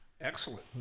Excellent